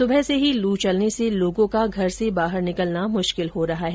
सुबह से ही लू चलने से लोगों का घर से बाहर निकलना मुश्किल हो रहा है